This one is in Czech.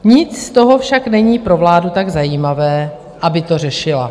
Nic z toho však není pro vládu tak zajímavé, aby to řešila.